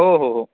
हो हो हो